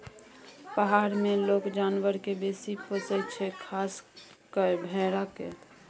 पहार मे लोक जानबर केँ बेसी पोसय छै खास कय भेड़ा केँ